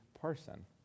person